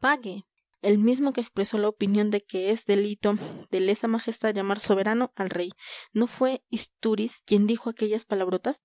page el mismo que expresó la opinión de que es delito de lesa majestad llamar soberano al rey no fue istúriz quien dijo aquellas palabrotas